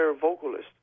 vocalist